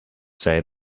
say